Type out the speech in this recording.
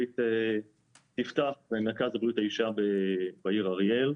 כללית תפתח מרכז לבריאות האישה בעיר אריאל.